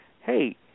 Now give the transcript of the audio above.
hey